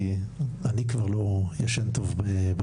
כי אני כבר לא ישן טוב בבוקר,